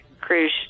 cruise